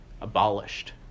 abolished